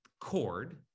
cord